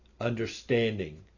understanding